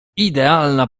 idealna